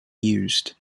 used